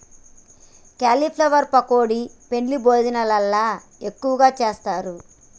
cauliflower pakodi పెండ్లి భోజనాలల్ల ఎక్కువగా చేస్తారు